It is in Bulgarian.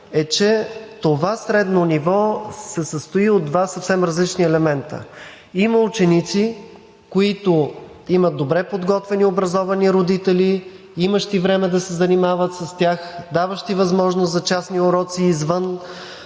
е, че това средно ниво се състои от два съвсем различни елемента. Има ученици, които имат добре подготвени и образовани родители, имащи време да се занимават с тях, даващи възможност за частни уроци извън